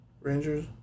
Rangers